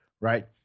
right